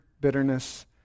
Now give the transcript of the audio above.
bitterness